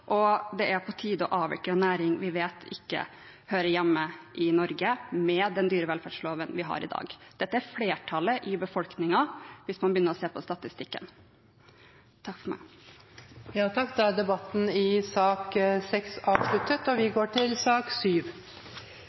på tide å avvikle en næring vi vet ikke hører hjemme i Norge med den dyrevelferdsloven vi har i dag. Dette er flertallet i befolkningen hvis man begynner å se på statistikken. Flere har ikke bedt om ordet til sak nr. 6. Etter ønske fra næringskomiteen vil presidenten foreslå at taletiden blir begrenset til